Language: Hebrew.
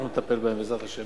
אנחנו נטפל בהן בעזרת השם.